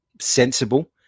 sensible